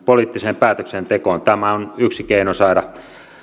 poliittiseen päätöksentekoon tämä on yksi keino saada asioita